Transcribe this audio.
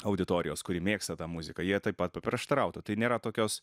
auditorijos kuri mėgsta tą muziką jie taip pat paprieštarautų tai nėra tokios